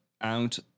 out